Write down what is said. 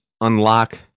unlock